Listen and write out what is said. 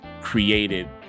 created